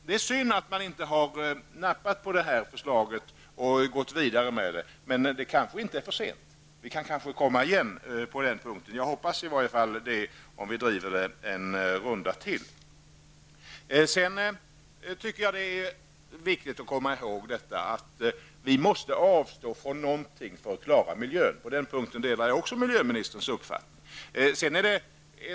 Det är synd att man inte har nappat på vårt förslag och arbetat vidare med det, men det kanske ännu inte är för sent. Jag hoppas att vi kan återkomma i frågan, om vi driver den en runda till. Det är viktigt att komma ihåg att vi måste avstå från någonting för att klara miljön. Också på den punkten delar jag miljöministerns uppfattning.